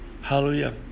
Hallelujah